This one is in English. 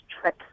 trick